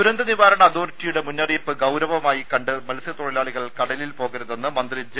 ദുരന്തനിവാരണ അതോറിറ്റിയുടെ മുന്നറിയിപ്പ് ഗൌരവമായി കണ്ട് മത്സ്യത്തൊഴിലാളികൾ കടലിൽ പോകരുതെന്ന് മന്ത്രി ജെ